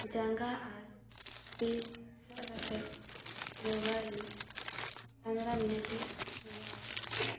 ᱡᱟᱸᱜᱟ ᱟᱨ ᱛᱤ ᱥᱟᱵ ᱠᱟᱛᱮ ᱡᱳᱜᱟ ᱤᱧ ᱯᱚᱸᱫᱽᱨᱚ ᱢᱤᱱᱤᱴᱤᱧ ᱡᱳᱜᱟ ᱫᱟᱲᱮᱭᱟᱜᱼᱟ